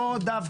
יוצא מצב